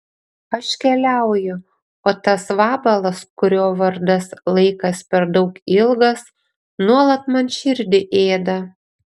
aš keliauju o tas vabalas kurio vardas laikas per daug ilgas nuolat man širdį ėda